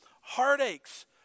heartaches